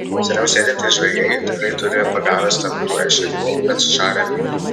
seniau sėdintys žvejai tikrai turi pagavę stambių ešerių bet sušalę vyrai